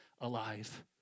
alive